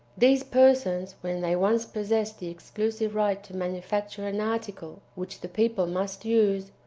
these persons, when they once possessed the exclusive right to manufacture an article which the people must use,